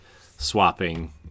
swapping